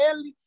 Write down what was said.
Ele